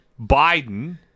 Biden